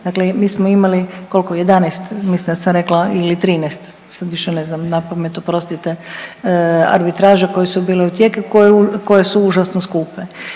Dakle, mi smo imali koliko 11 mislim da sam rekla ili 13 sad više ne znam napamet oprostite, arbitraže koje su bile u tijeku koje su užasno skupe.